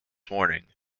morning